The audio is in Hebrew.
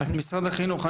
משרד החינוך,